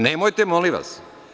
Nemojte, molim vas.